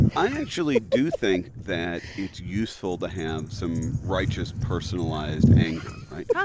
i actually do think that it's useful to have some righteous personalized anger, right? yeah